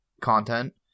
content